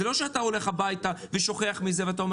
זה לא שאתה הולך הביתה ושוכח מזה ואומר